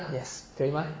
yes 可以吗